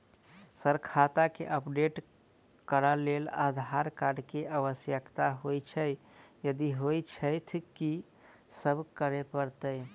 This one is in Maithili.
सर खाता केँ अपडेट करऽ लेल आधार कार्ड केँ आवश्यकता होइ छैय यदि होइ छैथ की सब करैपरतैय?